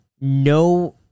no